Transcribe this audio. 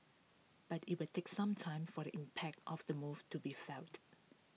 but IT will take some time for the impact of the move to be felt